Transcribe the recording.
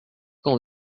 quand